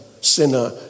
sinner